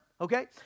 okay